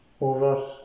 over